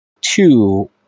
two